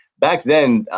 back then,